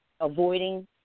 avoiding